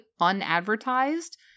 unadvertised